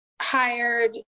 hired